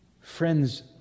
Friends